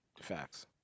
Facts